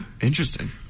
Interesting